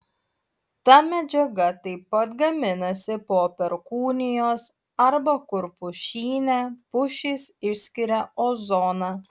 ta medžiaga taip pat gaminasi po perkūnijos arba kur pušyne pušys išskiria ozoną